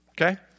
okay